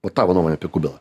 o tavo nuomonė apie kubilą